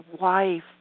wife